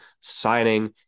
signing